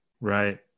Right